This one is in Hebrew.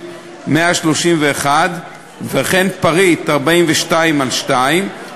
וסגן היושב-ראש יואל חסון מתבקש להחליף אותי כאן בדוכן.